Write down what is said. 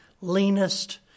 leanest